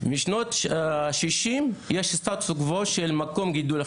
משנות ה-60 יש סטטוס קוו של מקום גידול החזירים.